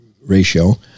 ratio